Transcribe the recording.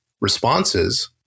responses